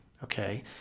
Okay